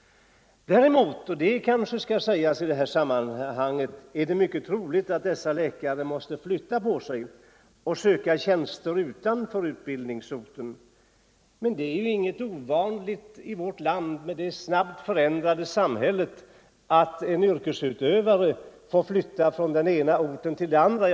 Däremot är det - och det kanske bör framhållas i sammanhanget — mycket troligt att dessa läkare måste flytta på sig och söka tjänster utanför utbildningsorten. Men det är ju ingenting ovanligt i vårt snabbt förändrade samhälle att en yrkesutövare får flytta från den ena orten till den andra.